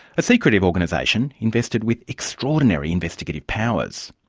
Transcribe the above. a secretive organisation invested with extraordinary investigative powers.